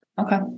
Okay